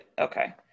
Okay